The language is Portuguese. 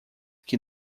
que